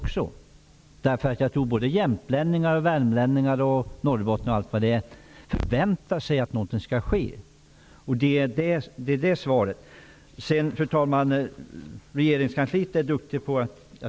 Jag tror att jämtlänningar, värmlänningar, norrbottningar m.fl. förväntar sig att något skall ske. Det är ett sådant besked som jag skulle vilja ha.